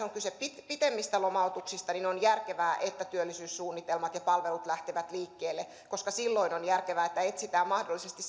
on kyse pitemmistä lomautuksista niin on järkevää että työllisyyssuunnitelmat ja palvelut lähtevät liikkeelle koska silloin on järkevää että etsitään mahdollisesti